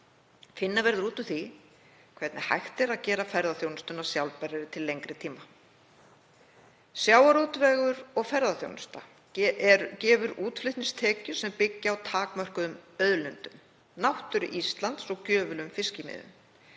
Finna verður út úr því hvernig hægt er að gera ferðaþjónustuna sjálfbærari til lengri tíma. Sjávarútvegur og ferðaþjónusta gefa útflutningstekjur sem byggjast á takmörkuðum auðlindum, náttúru Íslands og gjöfulum fiskimiðum.